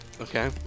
Okay